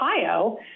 Ohio